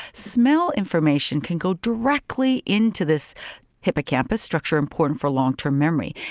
smell information can go directly into this hippocampus structure important for long-term memory.